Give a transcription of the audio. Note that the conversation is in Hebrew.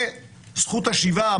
וזכות השיבה,